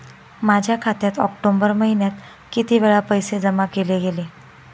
माझ्या खात्यात ऑक्टोबर महिन्यात किती वेळा पैसे जमा केले गेले?